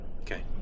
Okay